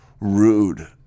rude